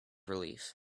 relief